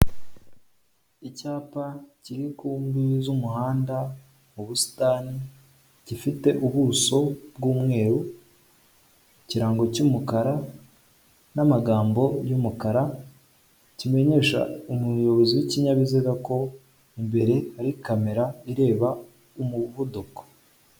Icyapa kiri ku mbibi z'umuhanda mu busitani gifite ubuso bw'umweru, ikirango cy'umukara, n'amagambo y'umukara kimenyesha umuyobozi w'ikinyabiziga ko imbere ari kamera ireba umuvuduko.